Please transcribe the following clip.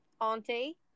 Auntie